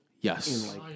Yes